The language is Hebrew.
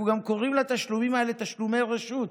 אנחנו גם קוראים לתשלומים האלה "תשלומי רשות".